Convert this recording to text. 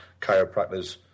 chiropractors